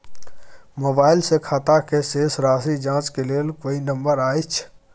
Mobile से खाता के शेस राशि जाँच के लेल कोई नंबर अएछ?